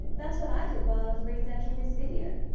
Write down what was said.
that's what i did while i was researching this video.